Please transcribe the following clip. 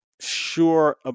sure